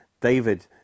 David